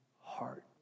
heart